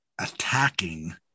attacking